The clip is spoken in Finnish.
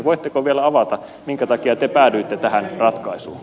voitteko vielä avata minkä takia te päädyitte tähän ratkaisuun